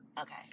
Okay